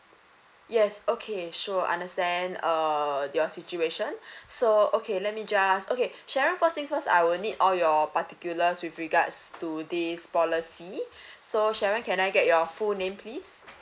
yes okay sure understand err your situation so okay let me just okay sharon first things first I will need all your particulars with regards to this policy so sharon can I get your full name please